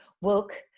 woke